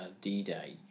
D-Day